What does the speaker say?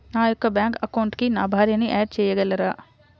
నా యొక్క బ్యాంక్ అకౌంట్కి నా భార్యని యాడ్ చేయగలరా?